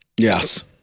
Yes